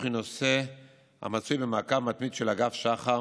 היא נושא המצוי במעקב מתמיד של אגף שח"ר,